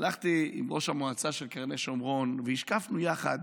הלכתי עם ראש המועצה של קרני שומרון והשקפנו יחד.